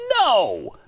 No